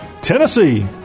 Tennessee